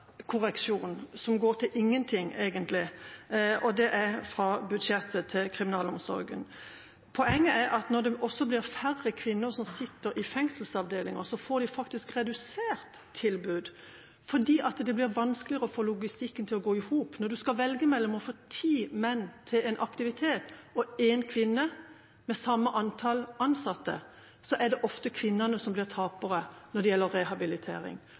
er fra budsjettet til kriminalomsorgen. Poenget er at når det også blir færre kvinner som sitter i fengselsavdelinger, får de faktisk et redusert tilbud fordi det blir vanskeligere å få logistikken til å gå i hop. Når du skal velge mellom å få ti menn til en aktivitet og én kvinne, med samme antall ansatte, er det ofte kvinnene som blir tapere når det gjelder rehabilitering,